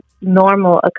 normal